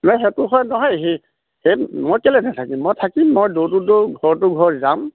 নহয় সেইটো হয় নহয় সি সেই মই কেলে নোথাকিম মই থাকিম মই ডোৰটো ডোৰ ঘৰটো ঘৰ যাম